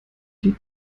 die